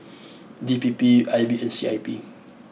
D P P I B and C I P